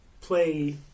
play